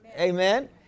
Amen